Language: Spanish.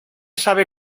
sabe